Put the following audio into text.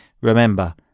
remember